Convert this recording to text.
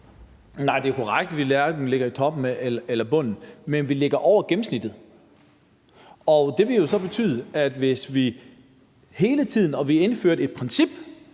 Nej, det er jo korrekt, at vi hverken ligger i toppen eller bunden, men vi ligger over gennemsnittet. Det vil så betyde, at hvis vi indførte et princip